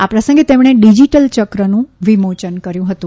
આ પ્રસંગે તેમણે ડીજીટલ ચક્રનું વિમોચન કર્યું હતું